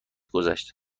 گذشت